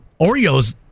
Oreos